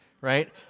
right